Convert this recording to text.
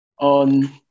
on